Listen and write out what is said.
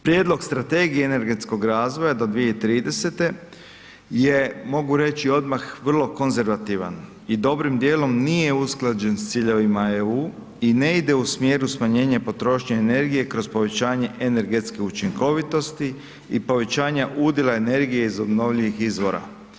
Prijedlog Strategije energetskog razvoja do 2030. je mogu reći odmah vrlo konzervativan i dobrim dijelom nije usklađen s ciljevima EU i ne ide u smjeru smanjenja potrošnje energije kroz povećanje energetske učinkovitosti i povećanja udjela energije iz obnovljivih izvora.